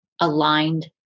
aligned